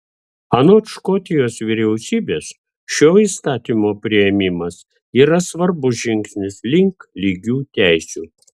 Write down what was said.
anot škotijos vyriausybės šio įstatymo priėmimas yra svarbus žingsnis link lygių teisių